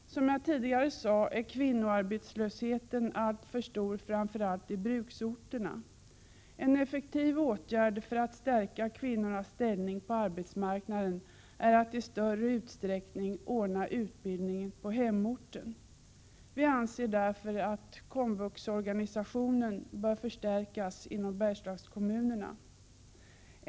Som jag tidigare sade är kvinnoarbetslösheten alltför stor, framför allt i bruksorterna. En effektiv åtgärd för att stärka kvinnornas ställning på arbetsmarknaden är att i större utsträckning ordna utbildningen på hemorten. Vi anser därför att komvuxorganisationen bör förstärkas inom Berslagskommunerna.